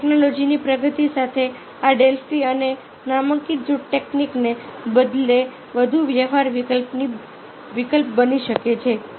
ટેક્નોલોજીની પ્રગતિ સાથે આ ડેલ્ફી અને નામાંકિત જૂથ ટેકનિકને બદલે વધુ વ્યવહારુ વિકલ્પ બની શકે છે